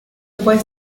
puede